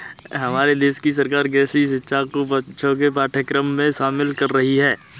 हमारे देश की सरकार कृषि शिक्षा को बच्चों के पाठ्यक्रम में शामिल कर रही है